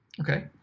okay